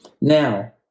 Now